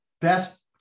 best